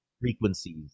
frequencies